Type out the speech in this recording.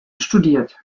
studiert